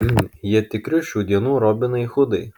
jie tikri šių dienų robinai hudai